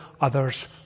others